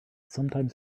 sometimes